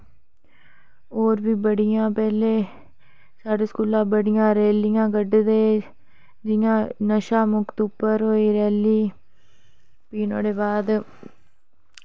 होर बी बड़ियां पैह्लें साढ़े स्कूला बड़ियां रैलियां कड्ढदे जि'यां नशा मुक्त पर होई रैली प्ही नुहाड़े बाद